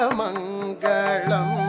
mangalam